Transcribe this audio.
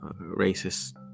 racist